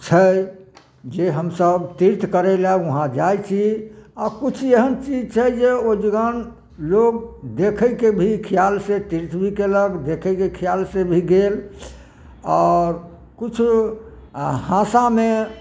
छै जे हमसब तीर्थ करैला वहाँ जाइ छी आ किछु एहन चीज छै जे ओहि जमन लोक देखैके भी खयाल से तीर्थ केलक देखैके खयाल से भी गेल आओर किछु हासामे